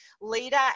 leader